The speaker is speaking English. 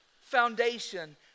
foundation